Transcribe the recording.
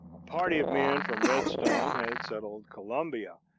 a party of men from redstone had settled columbia,